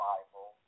Bible